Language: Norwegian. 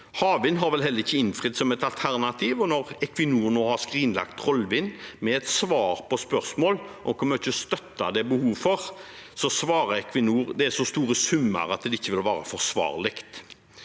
Havvind har vel heller ikke innfridd som et alternativ, og Equinor har nå skrinlagt Trollvind. På spørsmål om hvor mye støtte det er behov for, svarer Equinor at det er så store summer at det ikke vil være forsvarlig.